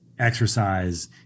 Exercise